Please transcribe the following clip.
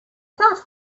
that